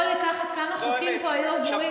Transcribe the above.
אתה יכול לקחת כמה חוקים פה היו עבור עניים וחולים,